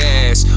ass